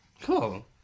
Cool